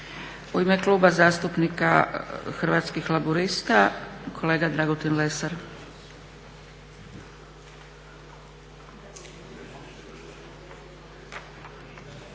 U ime Kluba zastupnika Hrvatskih laburista kolega Dragutin Lesar.